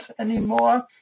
anymore